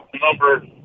number